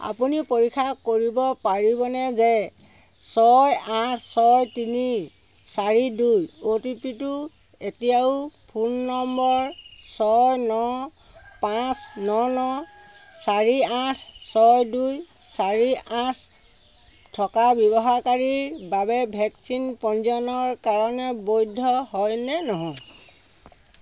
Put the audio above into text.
আপুনি পৰীক্ষা কৰিব পাৰিবনে যে ছয় আঠ ছয় তিনি চাৰি দুই অ'টিপিটো এতিয়াও ফোন নম্বৰ ছয় ন পাঁচ ন ন চাৰি আঠ ছয় দুই চাৰি আঠ থকা ব্যৱহাৰকাৰীৰ বাবে ভেকচিন পঞ্জীয়নৰ কাৰণে বৈধ হয় নে নহয়